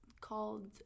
called